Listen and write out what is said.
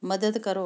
ਮਦਦ ਕਰੋ